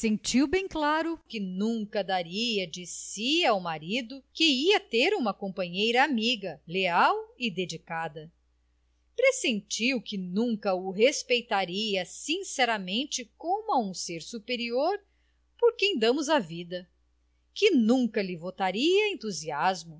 pressentiu bem claro que nunca daria de si ao marido que ia ter uma companheira amiga leal e dedicada pressentiu que nunca o respeitaria sinceramente como a um ser superior por quem damos a vida que nunca lhe votaria entusiasmo